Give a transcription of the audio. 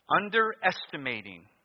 Underestimating